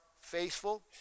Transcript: faithful